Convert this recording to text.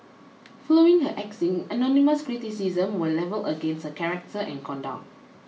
following her axing anonymous criticisms were levelled against her character and conduct